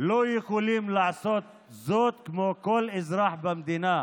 לא יכולים לעשות זאת כמו כל אזרח במדינה?